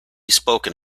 spoken